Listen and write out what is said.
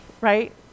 right